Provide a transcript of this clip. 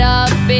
up